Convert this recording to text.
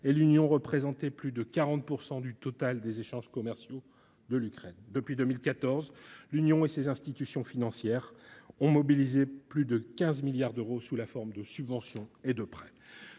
et l'Union représentait plus de 40 % du total des échanges commerciaux de l'Ukraine. En outre, depuis 2014, l'Union européenne et ses institutions financières ont mobilisé plus de 15 milliards d'euros sous la forme de subventions et de prêts.